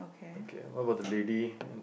okay what about the lady